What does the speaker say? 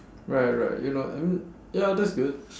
right right you know I mean ya that's good